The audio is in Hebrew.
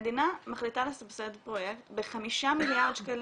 מדינה מחליטה לסבסד פרויקט בחמישה מיליארד שקלים,